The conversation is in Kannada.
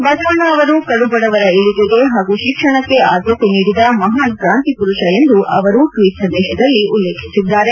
ಬಸವಣ್ಣ ಅವರು ಕಡುಬಡವರ ಏಳಿಗೆಗೆ ಹಾಗೂ ಶಿಕ್ಷಣಕ್ಕೆ ಆದ್ಕತೆ ನೀಡಿದ ಮಹಾನ್ ಕ್ರಾಂತಿ ಪುರುಷ ಎಂದು ಎಂದು ಟ್ವೀಟ್ ಸಂದೇಶದಲ್ಲಿ ಉಲ್ಲೇಖಿಸಿದ್ದಾರೆ